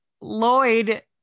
Lloyd